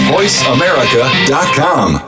VoiceAmerica.com